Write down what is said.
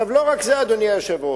לא רק זה, אדוני היושב-ראש,